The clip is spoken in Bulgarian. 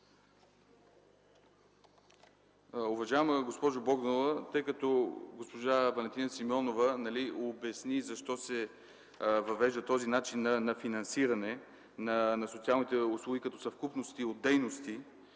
Уважаема госпожо Богданова, госпожа Валентина Симеонова обясни защо се въвежда този начин на финансиране на социалните услуги като съвкупност от дейности,